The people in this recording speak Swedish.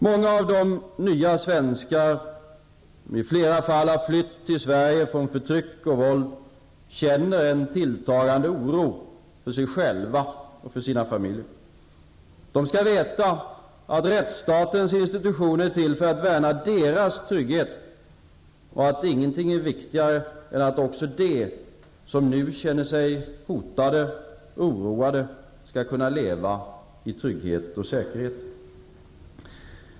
Många av de nya svenskarna, som i flera fall har flytt till Sverige från förtryck och våld, känner en tilltagande oro för sig själva och sina familjer. De skall veta att rättsstatens institutioner är till för att värna deras trygghet och att ingenting är viktigare än att också de som nu känner sig hotade och oroade skall kunna leva i trygghet och säkerhet.